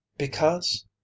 Because